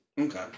Okay